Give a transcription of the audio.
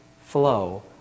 flow